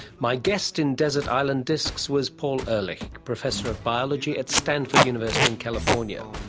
my guest in desert island discs was paul ehrlich, professor of biology at stanford university in california.